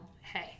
hey